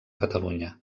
catalunya